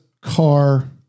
car